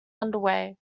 underway